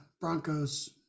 Broncos